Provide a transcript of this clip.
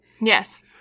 Yes